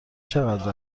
چقدر